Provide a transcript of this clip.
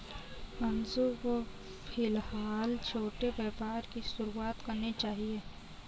अंशु को फिलहाल छोटे व्यापार की शुरुआत करनी चाहिए